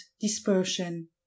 dispersion